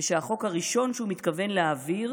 ושהחוק הראשון שהוא מתכוון להעביר